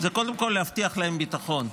קודם כול להבטיח להם ביטחון.